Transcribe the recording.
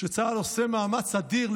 שצה"ל עושה מאמץ אדיר,